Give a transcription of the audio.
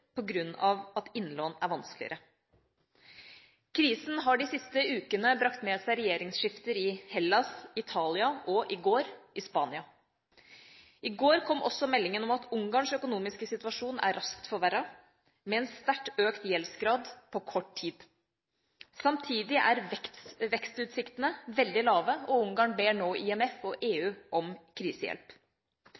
av at innlån er vanskeligere. Krisen har de siste ukene brakt med seg regjeringsskifter i Hellas, Italia og – i går – Spania. I går kom også meldinga om at Ungarns økonomiske situasjon er raskt forverret, med en sterkt økt gjeldsgrad på kort tid. Samtidig er vekstutsiktene veldig lave, og Ungarn ber nå IMF og EU